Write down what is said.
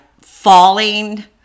falling